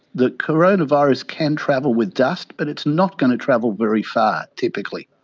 the coronavirus can travel with dust but it's not going to travel very far, typically.